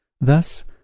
Thus